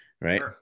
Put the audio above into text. right